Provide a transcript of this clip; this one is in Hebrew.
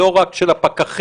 לא רק של הפקחים,